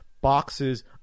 boxes